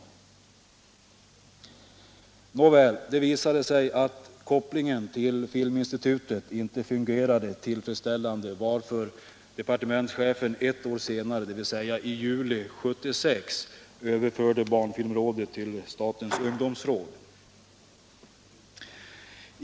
Nåväl, det visade sig att kopplingen till Filminstitutet inte fungerade tillfredsställande, varför departementschefen ett år senare, dvs. i juli 1976, överförde barnfilmrådet till statens ungdomsråd.